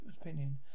opinion